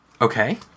Okay